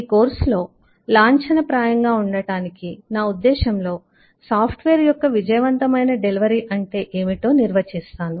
ఈ కోర్సులో లాంఛనప్రాయంగా ఉండటానికి నా ఉద్దేశ్యంలో సాఫ్ట్వేర్ యొక్క విజయవంతమైన డెలివరీ అంటే ఏమిటో నిర్వచిస్తాను